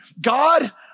God